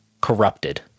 corrupted